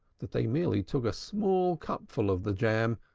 that they merely took a small cupful of the jam,